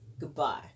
Goodbye